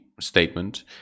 statement